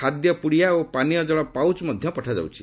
ଖାଦ୍ୟ ପୁଡ଼ିଆ ଓ ପାନୀୟ ଜଳ ପାଉଚ୍ ମଧ୍ୟ ପଠାଯାଉଛି